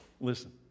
Listen